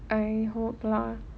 I hope lah